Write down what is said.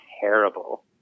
terrible